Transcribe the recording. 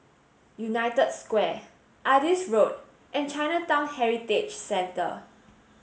United Square Adis Road and Chinatown Heritage Centre